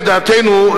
לדעתנו,